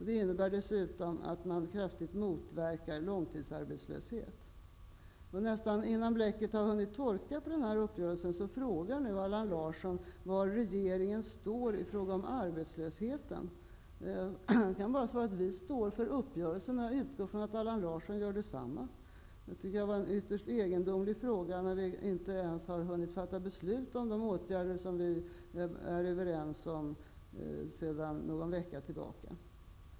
Det innebär dessutom att långtidsarbetslösheten kraftigt motverkas. Nästan innan bläcket har hunnit torka för denna uppgörelse frågar Allan Larsson var regeringen står i fråga om arbetslösheten. Vi står för uppgörelsen, och jag utgår från att Allan Larsson gör detsamma. Jag tycker att det var en ytterst egendomlig fråga, när vi inte ens har hunnit fatta beslut om de åtgärder vi är överens om sedan någon vecka tillbaka.